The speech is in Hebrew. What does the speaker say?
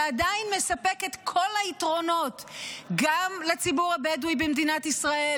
ועדיין מספק את כל היתרונות גם לציבור הבדואי במדינת ישראל,